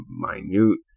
minute